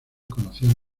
conocían